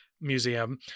Museum